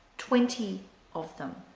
twenty of them.